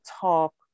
talk